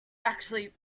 actually